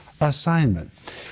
assignment